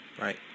Right